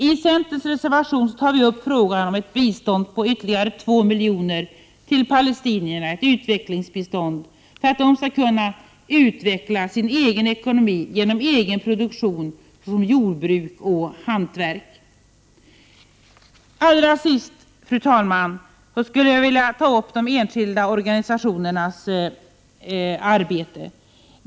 I centerns reservation tar vi upp frågan om ett utvecklingsbistånd på ytterligare 2 milj.kr. till palestinierna, för att de skall kunna utveckla sin egen ekonomi genom egen produktion, såsom jordbruk och hantverk. Allra sist, fru talman, skulle jag vilja ta upp de enskilda organisationernas arbete.